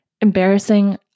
embarrassing